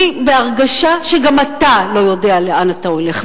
אני בהרגשה שגם אתה לא יודע לאן אתה הולך,